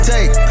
Take